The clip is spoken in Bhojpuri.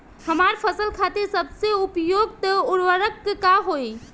हमार फसल खातिर सबसे उपयुक्त उर्वरक का होई?